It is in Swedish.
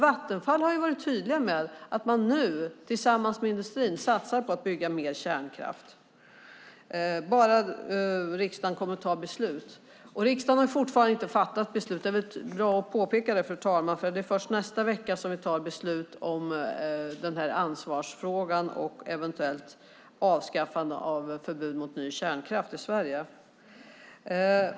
Vattenfall har ju varit tydligt med att man nu tillsammans med industrin satsar på att bygga mer kärnkraft bara riksdagen fattar beslut. Och riksdagen har fortfarande inte fattat beslut. Det är väl bra att påpeka det, fru talman, för det är först i nästa vecka som vi tar beslut om ansvarsfrågan och ett eventuellt avskaffande av förbud mot ny kärnkraft i Sverige.